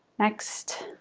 next.